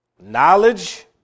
knowledge